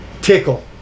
tickle